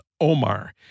omar